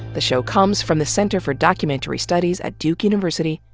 the show comes from the center for documentary studies at duke university,